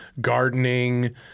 gardening